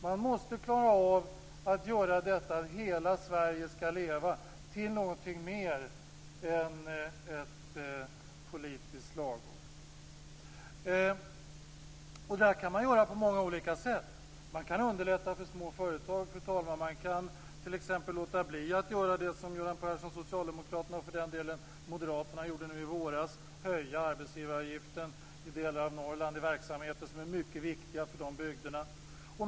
Man måste klara av att göra "Hela Sverige skall leva" till någonting mer än ett politiskt slagord. Det här kan man göra på många olika sätt. Man kan underlätta för små företag. Man kan t.ex. låta bli att göra det som Göran Persson och Socialdemokraterna, och för den delen också Moderaterna, gjorde nu i våras, nämligen höja arbetsgivaravgiften i delar av Norrland i verksamheter som är mycket viktiga för de bygderna.